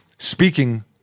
Speaking